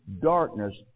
darkness